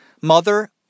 Mother